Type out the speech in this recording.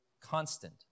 constant